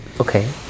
Okay